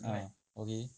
ah okay